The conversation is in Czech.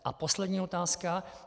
A poslední otázka.